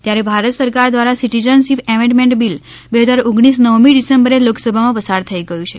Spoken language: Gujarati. ત્યારે ભારત સરકાર દ્વારા સીટીઝનશીપ એમેન્ટમેન્ટ બીલ બે હજાર ઓગણીસ નવમી ડિસેમ્બરે લોકસભામાં પસાર થઈ ગયું છે